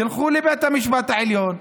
תלכו לבית המשפט העליון,